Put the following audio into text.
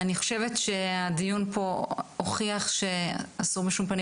אני חושבת שהדיון פה הוכיח שאסור בשום פנים